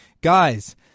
Guys